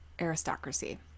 aristocracy